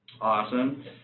Awesome